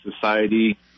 society